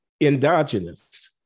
endogenous